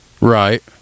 Right